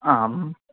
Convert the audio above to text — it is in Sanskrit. आम्